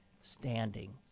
standing